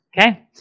okay